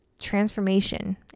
transformation